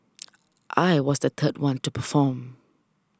I was the third one to perform